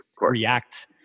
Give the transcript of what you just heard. react